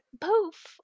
Poof